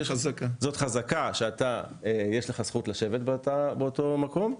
זאת חזקה שיש לך זכות לשבת באותו מקום,